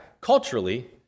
culturally